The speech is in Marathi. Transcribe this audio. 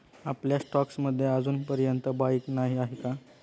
आपल्या स्टॉक्स मध्ये अजूनपर्यंत बाईक नाही आहे का?